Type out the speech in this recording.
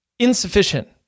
Insufficient